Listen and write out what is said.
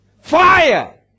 fire